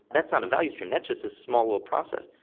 that's not a value stream, that's just a small little process.